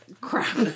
crap